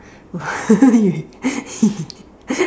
you